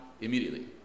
immediately